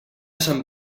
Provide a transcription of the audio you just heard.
sant